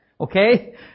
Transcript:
Okay